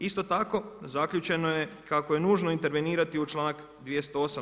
Isto tako zaključeno je kako je nužno intervenirati u članak 208.